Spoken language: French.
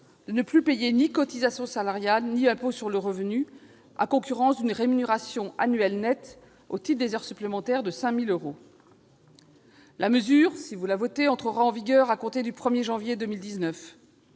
de ne payer désormais ni cotisations salariales ni impôt sur le revenu, à concurrence d'une rémunération annuelle nette au titre des heures supplémentaires de 5 000 euros. Si vous la votez, cette mesure entrera en vigueur à compter du 1 janvier 2019.